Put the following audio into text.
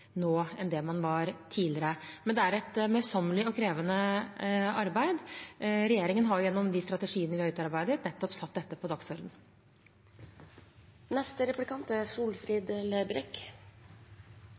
var tidligere. Men det er et møysommelig og krevende arbeid. Regjeringen har gjennom de strategiene vi har utarbeidet, nettopp satt dette på